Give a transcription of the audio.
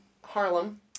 Harlem